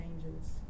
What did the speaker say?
changes